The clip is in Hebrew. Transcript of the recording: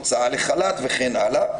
הוצאה לחל"ת וכן הלאה.